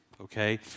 okay